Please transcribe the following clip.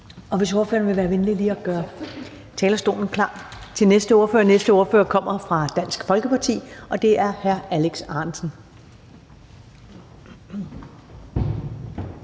Og vil ordføreren være venlig lige at gøre talerstolen klar til den næste ordfører? Den næste ordfører kommer fra Dansk Folkeparti, og det er hr. Alex Ahrendtsen.